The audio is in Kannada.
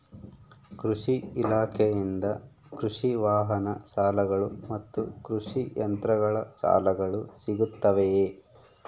ಕೃಷಿ ಇಲಾಖೆಯಿಂದ ಕೃಷಿ ವಾಹನ ಸಾಲಗಳು ಮತ್ತು ಕೃಷಿ ಯಂತ್ರಗಳ ಸಾಲಗಳು ಸಿಗುತ್ತವೆಯೆ?